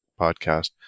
podcast